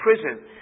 prison